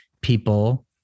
people